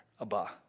Abba